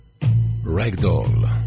Ragdoll